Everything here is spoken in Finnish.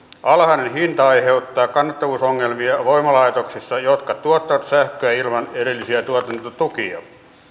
alhainen hinta aiheuttaa kannattavuusongelmia voimalaitoksissa jotka tuottavat sähköä ilman erillisiä tuotantotukia